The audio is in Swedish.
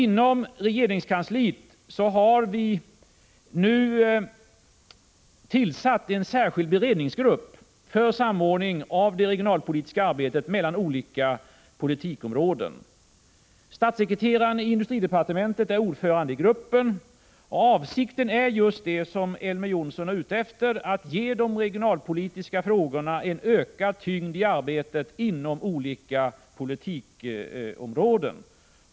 Inom regeringskansliet har vi nu tillsatt en särskild beredningsgrupp för samordning av det regionalpolitiska arbetet mellan olika politikområden. Statssekreteraren iindustridepartementet är ordförande i gruppen. Avsikten är just det som Elver Jonsson är ute efter, att ge de regionalpolitiska frågorna en ökad tyngd i arbetet inom olika politikområden.